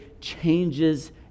changes